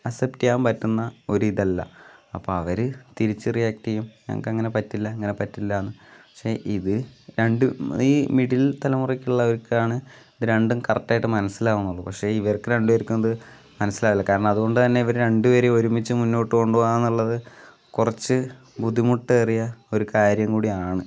accept ചെയ്യാൻ പറ്റുന്ന ഒരു ഇതല്ല അപ്പം അവർ തിരിച്ച് റിയാക്ട് ചെയ്യും ഞങ്ങൾക്ക് അങ്ങനെ പറ്റില്ല ഇങ്ങനെ പറ്റില്ല എന്ന് പക്ഷെ ഇത് രണ്ട് ഈ മിഡിൽ തലമുറക്ക് ഉള്ളവർക്കാണ് ഇത് രണ്ടും കറക്റ്റായിട്ട് മനസ്സിലാകുന്നത് പക്ഷെ ഇവർക്ക് രണ്ടു പേർക്കും അത് മനസ്സിലാകില്ല കാരണം അത് കൊണ്ട് തന്നെ ഇവരെ രണ്ടു പേരെയും ഒരുമിച്ച് മുൻപോട്ട് കൊണ്ടുപോകാം എന്നുള്ളത് കുറച്ച് ബുദ്ധിമുട്ട് ഏറിയ ഒരു കാര്യം കൂടിയാണ്